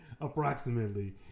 approximately